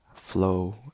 flow